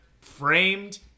framed